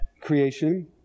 creation